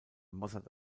mossad